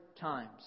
times